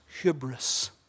hubris